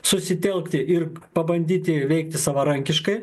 susitelkti ir pabandyti veikti savarankiškai